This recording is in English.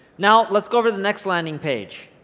now let's go over the next landing page.